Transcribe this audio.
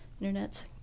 internet